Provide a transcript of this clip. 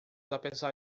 apesar